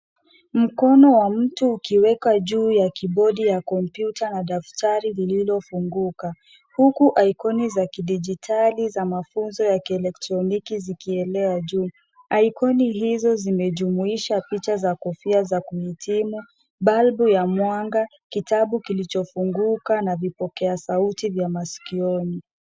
Mkono wa mtu ukiwekwa juu ya kibodi ya kompyuta na daftari lililofunguka huku aikoni za kidijitali za mafunzo ya kielektroniki zikielea juu. Aikoni hizo zimejumuisha picha za kofia za kuhitimu , balbu ya mwanga, kitabu kilichofunguka na vipokea sauti vya masikioni.